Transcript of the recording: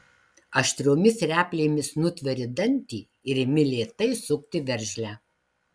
aštriomis replėmis nutveri dantį ir imi lėtai sukti veržlę